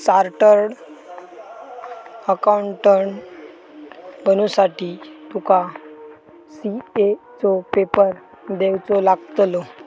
chartered accountant बनुसाठी तुका CA चो पेपर देवचो लागतलो